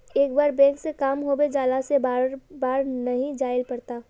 एक बार बैंक के काम होबे जाला से बार बार नहीं जाइले पड़ता?